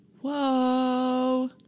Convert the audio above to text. Whoa